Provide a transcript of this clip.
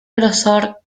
grosor